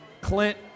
Clint